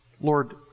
Lord